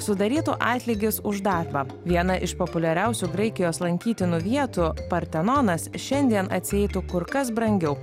sudarytų atlygis už darbą viena iš populiariausių graikijos lankytinų vietų partenonas šiandien atsieitų kur kas brangiau